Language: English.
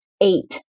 eight